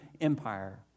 empire